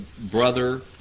brother